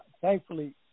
thankfully